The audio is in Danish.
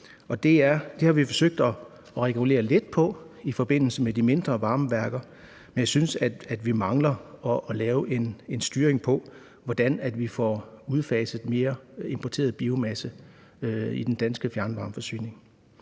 Det har vi forsøgt at regulere lidt på i forbindelse med de mindre varmeværker, men jeg synes, vi mangler at lave en styring af, hvordan vi får udfaset mere importeret biomasse i den danske fjernvarmeforsyning.